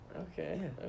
Okay